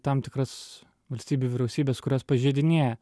tam tikras valstybių vyriausybes kurios pažeidinėja